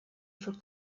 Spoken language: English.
for